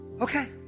Okay